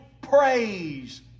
praise